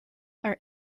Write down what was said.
are